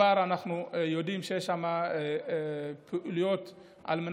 אנחנו כבר יודעים שיש שם פעילויות מניעה,